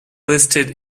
listed